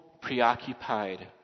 preoccupied